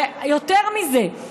ויותר מזה,